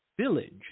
village